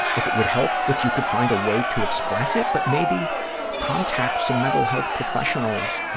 if it would help if you could find a way to express it, but maybe contact some mental health professionals